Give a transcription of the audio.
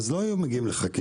אז לא היו מגיעים לחקיקה.